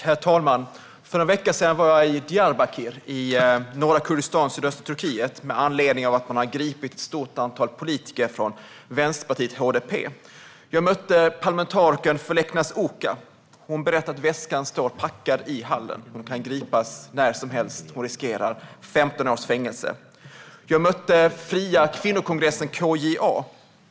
Herr talman! För en vecka sedan var jag i Diyarbakır i norra Kurdistan i sydöstra Turkiet, med anledning av att man har gripit ett stort antal politiker från vänsterpartiet HDP. Jag mötte parlamentarikern Feleknas Uca, och hon berättade att väskan står packad i hallen. Hon kan gripas när som helst och riskerar 15 års fängelse. Jag mötte fria kvinnokongressen KJA.